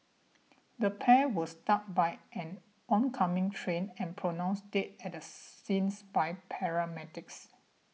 the pair were struck by an oncoming train and pronounced dead at the scene by paramedics